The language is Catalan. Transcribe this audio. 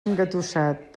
engatussat